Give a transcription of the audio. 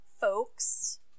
folks